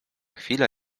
chwila